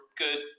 good